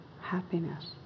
happiness